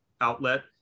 outlet